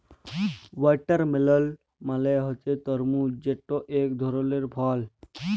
watermelon মালে হছে তরমুজ যেট ইক ধরলের ফল